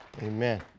Amen